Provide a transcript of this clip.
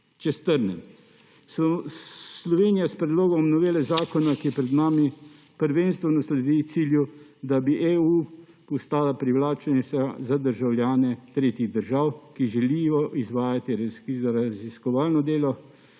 Če strnem. Slovenija s predlogom novele zakona, ki je pred nami, prvenstveno sledi cilju, da bi EU postala privlačna za državljane tretjih držav, ki želijo izvajati raziskovalno delo,